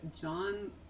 John